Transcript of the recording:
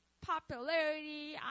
popularity